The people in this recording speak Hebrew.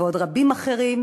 ועוד רבים אחרים,